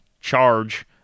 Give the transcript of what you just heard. Charge